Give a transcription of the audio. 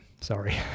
Sorry